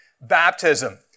baptism